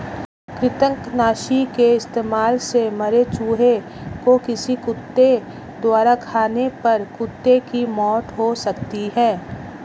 कृतंकनाशी के इस्तेमाल से मरे चूहें को किसी कुत्ते द्वारा खाने पर कुत्ते की मौत हो सकती है